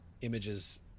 images